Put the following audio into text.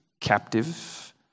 captive